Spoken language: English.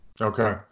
Okay